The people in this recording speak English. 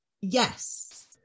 Yes